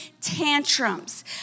tantrums